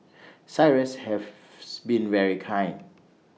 cyrus have been very kind